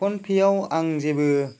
फनपेआव आं जेबो